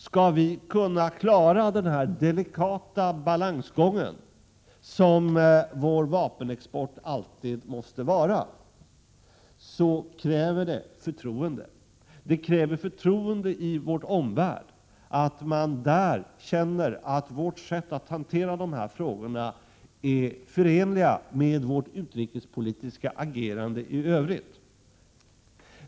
Skall vi kunna klara den delikata balansgång, som vår vapenexport alltid måste vara, krävs förtroende. Det krävs förtroende i vår omvärld, så att man där känner att vårt sätt att hantera dessa frågor är förenliga med vårt utrikespolitiska agerande i övrigt.